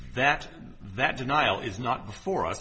that that denial is not before